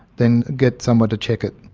then get someone to check it.